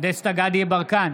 דסטה גדי יברקן,